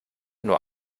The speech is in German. nur